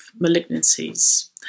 malignancies